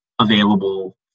available